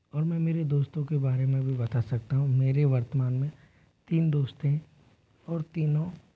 और मैं मेरे दोस्तों के बारे में भी बता सकता हूँ मेरे वर्तमान में तीन दोस्त हैं और तीनों